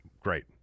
great